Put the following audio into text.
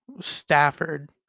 Stafford